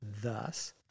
Thus